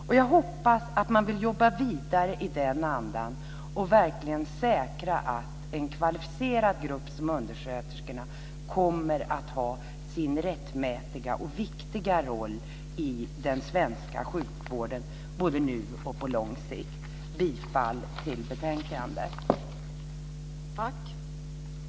Och jag hoppas att man vill jobba vidare i denna anda och verkligen säkra att en kvalificerad grupp som undersköterskorna kommer att ha sin rättmätiga och viktiga roll i den svenska sjukvården både nu och på lång sikt. Jag yrkar bifall till hemställan i betänkandet.